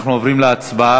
אנחנו עוברים להצבעה.